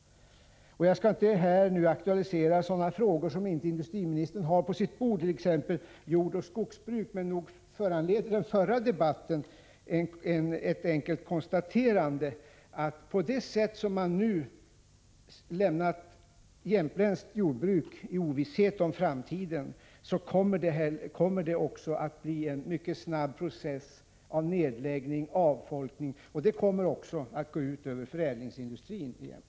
Jag skall inte här aktualisera sådana frågor som inte industriministern har på sitt bord, t.ex. jordoch skogsbruk, men nog föranleder den förra debatten ett enkelt konstaterande, nämligen att det sätt på vilket man nu lämnat jämtländskt jordbruk i ovisshet om framtiden kommer att medföra en mycket snabb process av nedläggning och avfolkning. Det kommer också att gå ut över förädlingsindustrin i Jämtland.